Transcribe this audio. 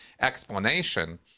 explanation